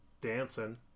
dancing